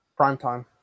Primetime